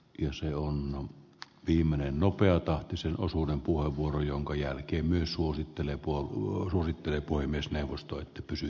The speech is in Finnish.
inseonnu himmenee nopeatahtisen osuuden puheenvuoro jonka jälkeen myös suosittelee puola unkari tulee puhemiesneuvosto että pysyy